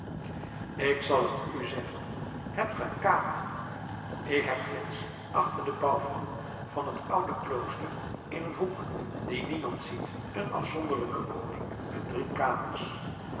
ik zal t u zeggen hebt ge een kamer ik heb ginds achter de bouwvallen van het oude klooster in een hoek dien niemand ziet een afzonderlijke woning met drie kamers